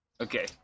Okay